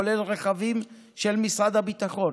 כולל רכבים של משרד הביטחון,